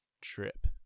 trip